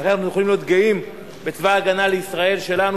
אנחנו יכולים להיות גאים בצבא-הגנה לישראל שלנו,